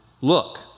look